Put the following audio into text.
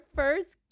first